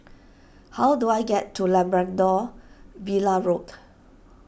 how do I get to Labrador Villa Road